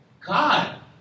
God